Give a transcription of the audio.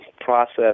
process